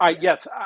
yes